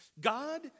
God